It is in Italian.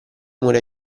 mura